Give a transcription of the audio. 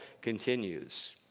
continues